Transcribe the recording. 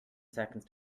seconds